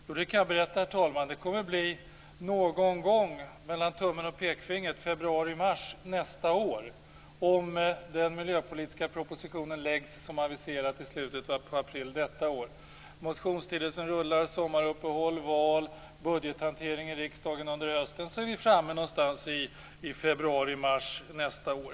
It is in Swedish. Jo, det kan jag berätta, herr talman. Det kommer att bli någon gång, mellan tummen och pekfingret, i februari/mars nästa år om den miljöpolitiska proposition läggs fram som aviserats till slutet av april detta år. Det blir motionstid, sommaruppehåll, val och budgethantering i riksdagen under hösten. Då är vi framme i februari eller mars nästa år.